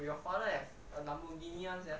your father have lamborghini [one] sia